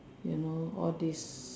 you know all this